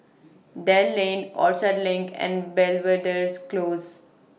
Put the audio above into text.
Dell Lane Orchard LINK and Belvedere Close